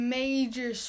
major